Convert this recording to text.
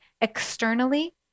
externally